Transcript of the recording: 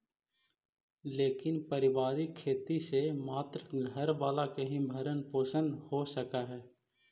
लेकिन पारिवारिक खेती से मात्र घर वाला के ही भरण पोषण हो सकऽ हई